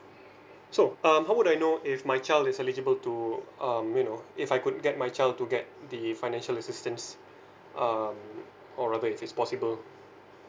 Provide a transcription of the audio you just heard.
so um how would I know if my child is eligible to um you know if I could get my child to get the financial assistance um or rather if it's possible